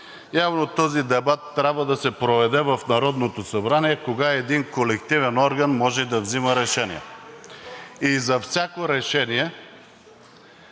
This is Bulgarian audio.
Явно този дебат трябва да се проведе в Народното събрание – кога един колективен орган може да взима решения и за всяко решение